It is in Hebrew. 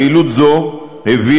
פעילות זו הביאה,